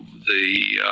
the,